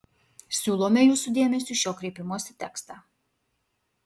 siūlome jūsų dėmesiui šio kreipimosi tekstą